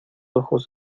ojos